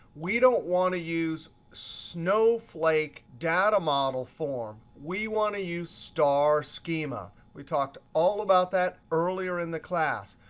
we don't want to use snowflake data model form. we want to use star schema. we talked all about that earlier in the class.